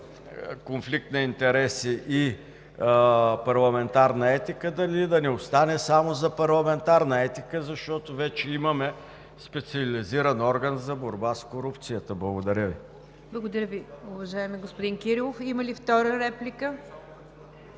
конфликт на интереси и парламентарна етика да не остане само за парламентарна етика, защото вече имаме специализиран орган за борба с корупцията. Благодаря Ви. ПРЕДСЕДАТЕЛ НИГЯР ДЖАФЕР: Благодаря Ви, уважаеми господин Кирилов. Има ли втора реплика?